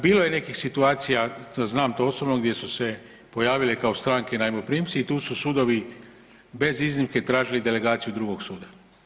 Bilo je nekih situacija znam to osobno gdje su se pojavile kao stranke najmoprimci i tu su sudovi bez iznimke tražili delegaciju drugog suda.